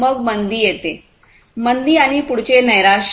मग मंदी येते मंदी आणि पुढचे नैराश्य